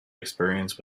experience